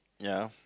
ya